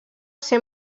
ser